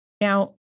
Now